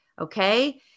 okay